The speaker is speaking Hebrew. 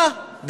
אחרת,